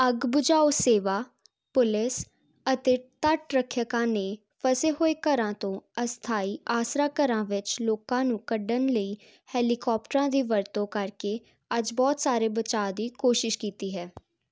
ਅੱਗ ਬੁਝਾਊ ਸੇਵਾ ਪੁਲਿਸ ਅਤੇ ਤੱਟ ਰੱਖਿਅਕਾਂ ਨੇ ਫਸੇ ਹੋਏ ਘਰਾਂ ਤੋਂ ਅਸਥਾਈ ਆਸਰਾ ਘਰਾਂ ਵਿੱਚ ਲੋਕਾਂ ਨੂੰ ਕੱਢਣ ਲਈ ਹੈਲੀਕਾਪਟਰਾਂ ਦੀ ਵਰਤੋਂ ਕਰਕੇ ਅੱਜ ਬਹੁਤ ਸਾਰੇ ਬਚਾਅ ਦੀ ਕੋਸ਼ਿਸ਼ ਕੀਤੀ ਹੈ